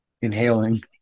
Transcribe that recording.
inhaling